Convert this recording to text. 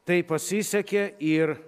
tai pasisekė ir